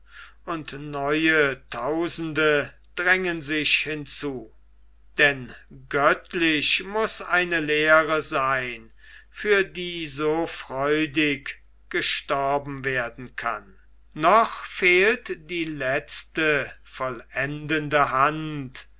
und neue tausende drängen sich hinzu denn göttlich muß eine lehre sein für die so freudig gestorben werden kann noch fehlt die letzte vollendende hand